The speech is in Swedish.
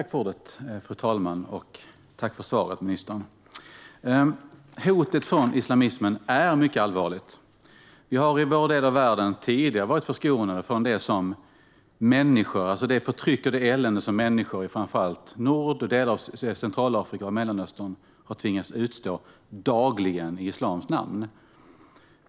Fru talman! Tack för svaret, ministern! Hotet från islamismen är mycket allvarligt. Vi har i vår del av världen tidigare varit förskonade från det förtryck och det elände som människor i framför allt Nordafrika och delar av Centralafrika och Mellanöstern har tvingats att utstå dagligen i islams namn.